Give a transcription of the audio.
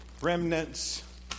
remnants